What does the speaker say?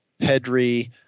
Pedri